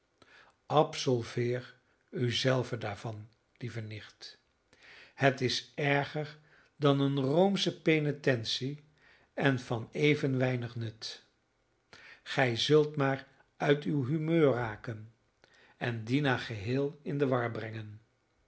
absolveer u zelve daarvan lieve nicht het is erger dan een roomsche penetentie en van even weinig nut gij zult maar uit uw humeur raken en dina geheel in de war brengen